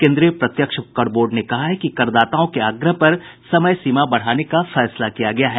केन्द्रीय प्रत्यक्ष कर बोर्ड ने कहा है कि करदाताओं के आग्रह पर समय सीमा बढाने का फैसला किया गया है